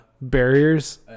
barriers